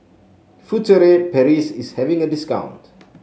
Furtere Paris is having a discount